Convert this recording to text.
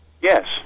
Yes